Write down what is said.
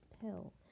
pill